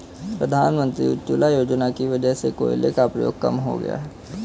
प्रधानमंत्री उज्ज्वला योजना की वजह से कोयले का प्रयोग कम हो गया है